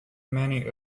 many